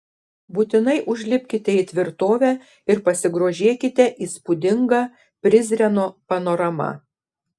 būtinai užlipkite į tvirtovę ir pasigrožėkite įspūdinga prizreno panorama